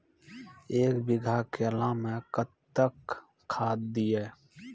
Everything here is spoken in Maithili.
एक बीघा केला मैं कत्तेक खाद दिये?